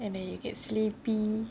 and then you get sleepy